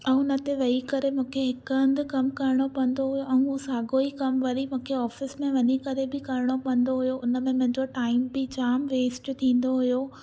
ऐं हुन ते वेई करे मूंखे हिक हंधि कमु करिणो पवंदो हुओ ऐं साॻो ई कमु वरी मूंखे ऑफिस में वञी करे बि करिणो पवंदो हुयो उनमें मुंहिजो टाइम बि जान वेस्ट थींदो हुयो